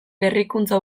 berrikuntza